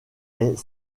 est